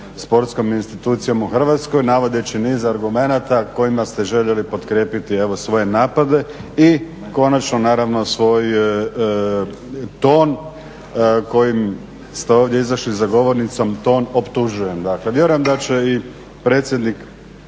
sportskom institucijom u Hrvatskoj navodeći niz argumenata kojima ste željeli potkrijepiti evo svoje napade i konačno naravno svoj ton kojim ste ovdje izašli za govornicu, ton optužujem. Dakle, vjerujem da će i predsjednik